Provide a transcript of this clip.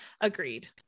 Agreed